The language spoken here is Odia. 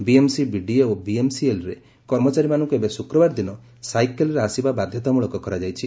ବିଏମ୍ସି ବିଡିଏ ଓ ବିଏସ୍ସିଏଲ୍ରେ କର୍ମଚାରୀମାନଙ୍କୁ ଏବେ ଶୁକ୍ରବାର ଦିନ ସାଇକଲରେ ଆସିବା ବାଧତାମୁଳକ କରାଯାଇଛି